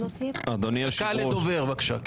דקה לדובר בבקשה.